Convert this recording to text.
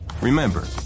Remember